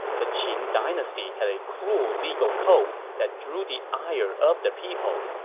the qin dynasty had a cruel legal code that drew the ire of the people.